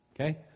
Okay